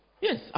Yes